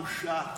בושה.